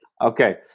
Okay